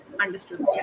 Understood